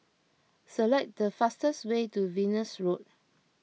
select the fastest way to Venus Road